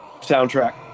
soundtrack